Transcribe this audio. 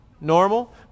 normal